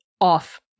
off